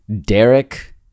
Derek